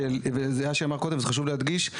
ויאשי אמר קודם וחשוב להדגיש,